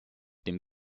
dem